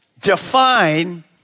define